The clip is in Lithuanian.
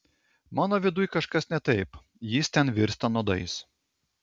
mano viduj kažkas ne taip jis ten virsta nuodais